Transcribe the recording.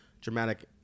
dramatic